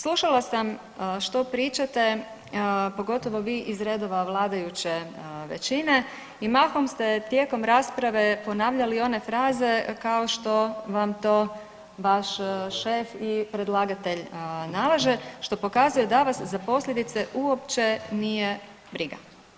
Slušala sam što pričate, pogotovo vi iz redova vladajuće većine i mahom ste tijekom rasprave ponavljali one fraze kao što vam to vaš šef i predlagatelj nalaže, što pokazuje da vas za posljedice uopće nije briga.